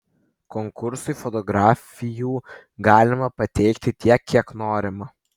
konkursui fotografijų galima pateikti tiek kiek norima